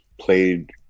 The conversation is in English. played